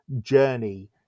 journey